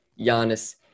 Giannis